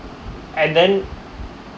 and then